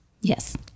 Yes